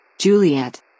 Juliet